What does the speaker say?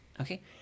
Okay